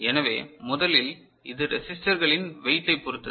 எனவே முதலில் இது ரெசிஸ்டர்ளின் வெய்டை பொறுத்தது